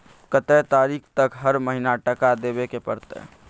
कत्ते तारीख तक हर महीना टका देबै के परतै?